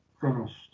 finished